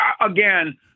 again